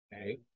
Okay